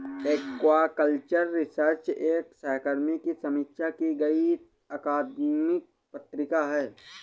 aquaculture research एक सहकर्मी की समीक्षा की गई अकादमिक पत्रिका है